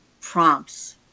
prompts